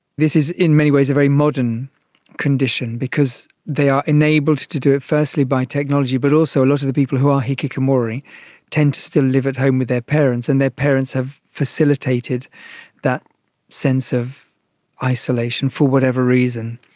this is in many ways a very modern condition because they are enabled to do it firstly by technology but also a lot of the people who are hikikomori tend to still live at home with their parents and their parents have facilitated that sense of isolation, for whatever reason.